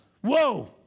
whoa